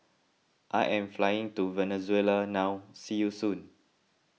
I am flying to Venezuela now see you soon